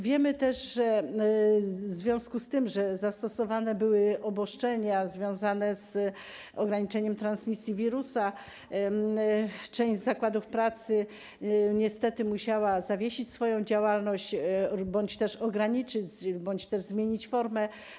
Wiemy, że w związku z tym, że zastosowane były obostrzenia związane z ograniczeniem transmisji wirusa, część zakładów pracy niestety musiała zawiesić swoją działalność bądź też ją ograniczyć lub zmienić formę.